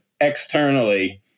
externally